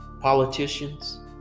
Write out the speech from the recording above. Politicians